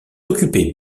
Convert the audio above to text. occupés